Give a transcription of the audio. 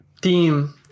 team